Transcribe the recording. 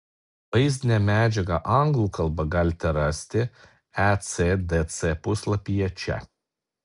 vaizdinę medžiagą anglų kalba galite rasti ecdc puslapyje čia